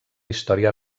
història